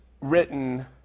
written